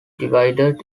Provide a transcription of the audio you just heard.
divided